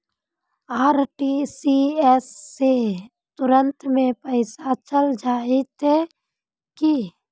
RTGS से तुरंत में पैसा चल जयते की?